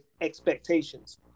expectations